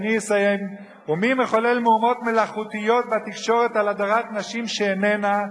ואני אסיים: ומי מחולל מהומות מלאכותיות בתקשורת על הדרת נשים שאיננה,